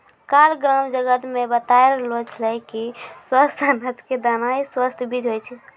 काल ग्राम जगत मॅ बताय रहलो छेलै कि स्वस्थ अनाज के दाना हीं स्वस्थ बीज होय छै